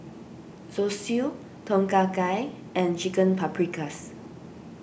Zosui Tom Kha Gai and Chicken Paprikas